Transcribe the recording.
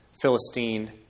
Philistine